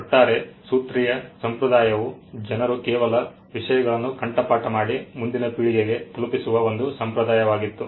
ಒಟ್ಟಾರೆ ಸೂತ್ರೀಯ ಸಂಪ್ರದಾಯವು ಜನರು ಕೇವಲ ವಿಷಯಗಳನ್ನು ಕಂಠಪಾಠ ಮಾಡಿ ಮುಂದಿನ ಪೀಳಿಗೆಗೆ ತಲುಪಿಸುವ ಒಂದು ಸಂಪ್ರದಾಯವಾಗಿತ್ತು